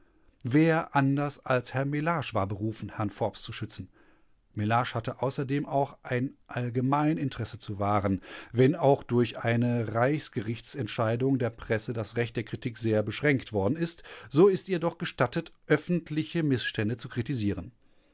wer anders als herr mellage war berufen herrn forbes zu schützen mellage hatte außerdem aber auch ein allgemeininteresse zu wahren wenn auch durch eine reichsgerichtsentscheidung der presse das recht der kritik sehr beschränkt worden ist so ist ihr doch gestattet öffentliche mißstände zu kritisieren